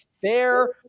fair